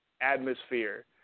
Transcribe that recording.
atmosphere